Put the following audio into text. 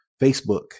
Facebook